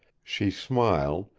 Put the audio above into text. she smiled,